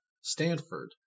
Stanford